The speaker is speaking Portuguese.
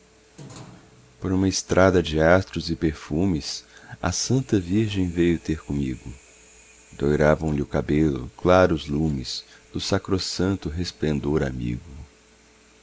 por uma estrada de astros e perfumes a santa virgem veio ter comigo doiravam lhe o cabelo claros lumes do sacrossanto resplendor amigo